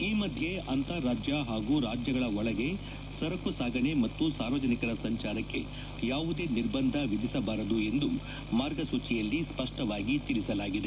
ಈ ಮಧ್ಯೆ ಅಂತಾರಾಜ್ಯ ಹಾಗೂ ರಾಜ್ಯಗಳ ಒಳಗೆ ಸರಕು ಸಾಗಣೆ ಮತ್ತು ಸಾರ್ವಜನಿಕರ ಸಂಚಾರಕ್ಕೆ ಯಾವುದೇ ನಿರ್ಬಂಧ ವಿಧಿಸಬಾರದು ಎಂದು ಮಾರ್ಗಸೂಚಿಯಲ್ಲಿ ಸ್ಪಷ್ಟವಾಗಿ ತಿಳಿಸಲಾಗಿದೆ